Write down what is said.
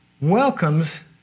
welcomes